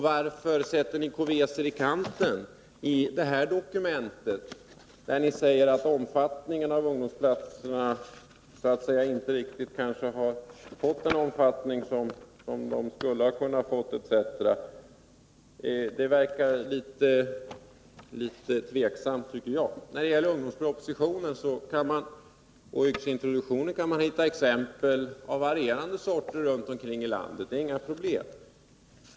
Varför sätter ni krumelurer i kanten i det dokument där ni säger att verksamheten med ungdomsplatser inte riktigt fått den omfattning som den skulle ha kunnat få etc. Det verkar litet tveksamt, tycker jag. När det gäller ungdomspropositionen och yrkesintroduktionen kan man hitta exempel av varierande slag runt om i landet. Det är inga problem.